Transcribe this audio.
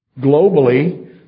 Globally